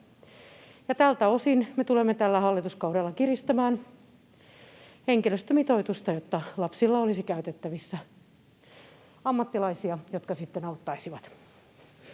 tältä osin me tulemme tällä hallituskaudella kiristämään henkilöstömitoitusta, jotta lapsilla olisi käytettävissään ammattilaisia, jotka sitten auttaisivat.